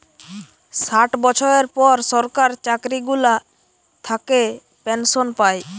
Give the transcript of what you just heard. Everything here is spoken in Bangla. ষাট বছরের পর সরকার চাকরি গুলা থাকে পেনসন পায়